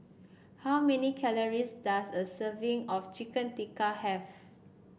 how many calories does a serving of Chicken Tikka have